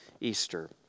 Easter